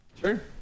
sure